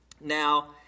Now